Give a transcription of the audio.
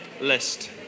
list